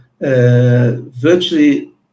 virtually